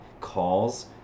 calls